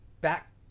back